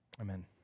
Amen